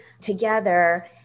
together